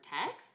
text